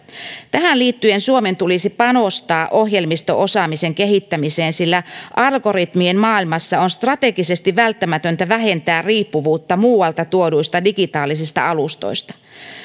tähän liittyen suomen tulisi panostaa ohjelmisto osaamisen kehittämiseen sillä algoritmien maailmassa on strategisesti välttämätöntä vähentää riippuvuutta muualta tuoduista digitaalisista alustoista